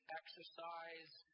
exercise